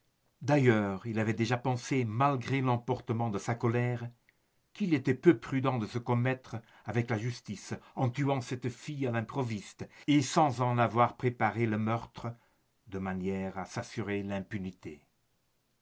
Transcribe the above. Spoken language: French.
d'ailleurs il avait déjà pensé malgré l'emportement de sa colère qu'il était peu prudent de se commettre avec la justice en tuant cette fille à l'improviste et sans en avoir préparé le meurtre de manière à s'assurer l'impunité